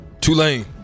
Tulane